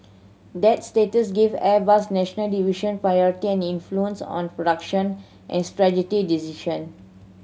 that status give Airbus's national division priority and influence on production and strategy decision